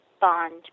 bond